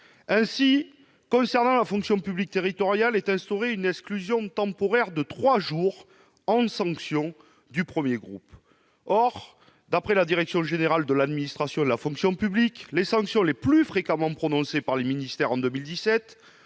Ainsi, dans la fonction publique territoriale est instaurée une exclusion temporaire de trois jours en sanction du premier groupe. Or, d'après la direction générale de l'administration et de la fonction publique, les sanctions les plus fréquemment prononcées par les ministères en 2017